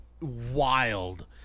wild